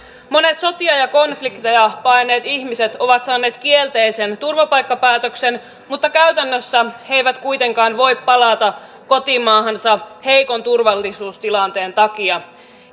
monet sotia ja konflikteja paenneet ihmiset ovat saaneet kielteisen turvapaikkapäätöksen mutta käytännössä he eivät kuitenkaan voi palata kotimaahansa heikon turvallisuustilanteen takia